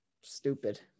stupid